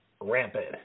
rampant